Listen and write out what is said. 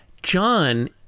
John